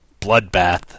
bloodbath